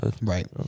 Right